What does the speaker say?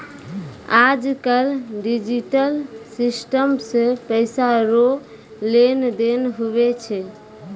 आज कल digital system से पैसा रो लेन देन हुवै छै